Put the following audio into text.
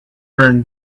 burned